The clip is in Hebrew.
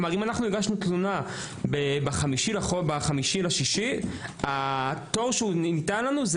כלומר אנחנו הגשנו תלונה ב-5 ביוני והתור שניתן לנו זה